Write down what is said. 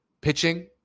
pitching